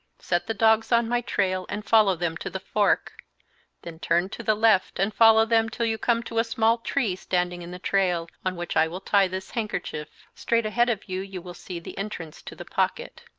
set the dogs on my trail and follow them to the fork then turn to the left and follow them till you come to a small tree standing in the trail, on which i will tie this handkerchief. straight ahead of you you will see the entrance to the pocket.